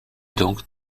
donc